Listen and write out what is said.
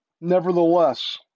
Nevertheless